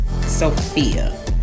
sophia